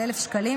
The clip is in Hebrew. על 1,000 שקלים,